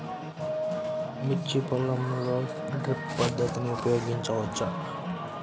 మిర్చి పొలంలో డ్రిప్ పద్ధతిని ఉపయోగించవచ్చా?